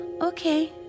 okay